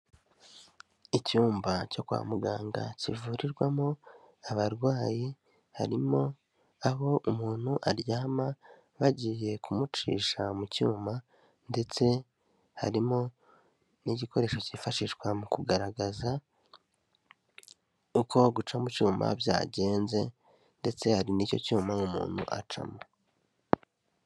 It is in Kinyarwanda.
Icyumba cyo kwa muganga kivurirwamo abarwayi, harimo aho umuntu aryama bagiye kumucisha mu cyuma ndetse harimo n'igikoresho cyifashishwa mu kugaragaza uko guca mu cyuma byagenze ndetse hari n'icyo cyuma umuntu acamo.